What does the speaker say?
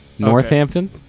Northampton